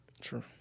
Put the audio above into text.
True